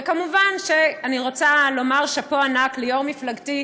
וכמובן, אני רוצה לומר שאפו ענק ליו"ר מפלגתי,